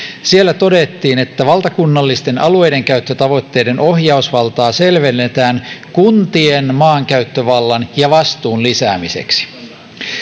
siellä todettiin että valtakunnallisten alueidenkäyttötavoitteiden ohjausvaltaa selvennetään kuntien maankäyttövallan ja vastuun lisäämiseksi